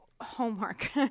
Homework